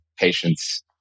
patients